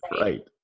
Right